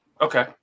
Okay